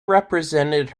represented